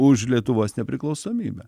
už lietuvos nepriklausomybę